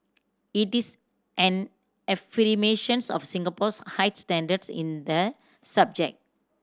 it is an affirmation of Singapore's high standards in the subject